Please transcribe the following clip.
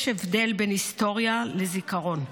יש הבדל בין היסטוריה לזיכרון,